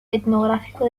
etnográfico